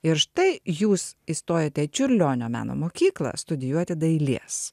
ir štai jūs įstojote į čiurlionio meno mokyklą studijuoti dailės